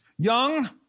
young